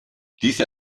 diese